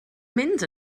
mynd